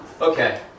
Okay